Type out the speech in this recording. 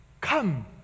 come